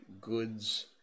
goods